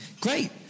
Great